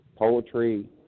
Poetry